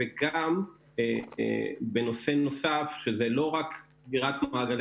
וגם בנושא נוסף שזה לא רק שבירת מעגלי